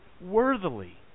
worthily